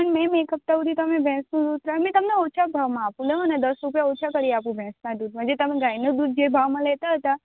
પણ મેમ એક હપ્તા સુધી તમે ભેસનું દૂધ અમે તમને ઓછા ભાવમાં આપું લોવો ને દસ રૂપિયા ઓછા કરી આપું ભેસના દૂધમાં જે તમે ગાયનું દૂધ જે ભાવમાં લેતા હતા